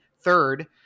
third